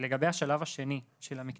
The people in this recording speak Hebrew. יש לי הערה לגבי ההגדרה של אסון אזרחי.